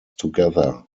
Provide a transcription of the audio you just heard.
together